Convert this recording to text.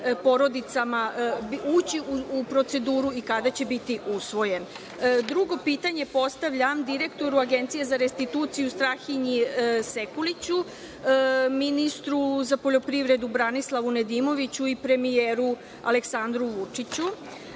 ući u proceduru i kada će biti usvojen? **Olena Papuga** Drugo pitanje postavljam direktoru Agencije za restituciju, Strahinji Sekuliću, ministru za poljoprivredu, Branislavu Nedimoviću i premijeru, Aleksandru Vučiću,